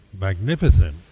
magnificent